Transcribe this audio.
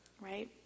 right